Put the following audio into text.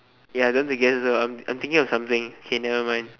ya I don't want to guess also I'm thinking of something okay nevermind